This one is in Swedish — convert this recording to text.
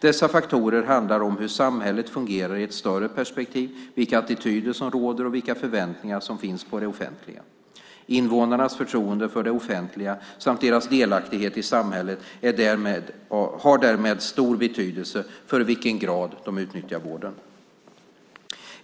Dessa faktorer handlar om hur samhället fungerar i ett större perspektiv, vilka attityder som råder och vilka förväntningar som finns på det offentliga. Invånarnas förtroende för det offentliga samt deras delaktighet i samhället har därmed stor betydelse för i vilken grad de utnyttjar vården.